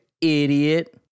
idiot